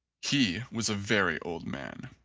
he was a very old man.